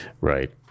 Right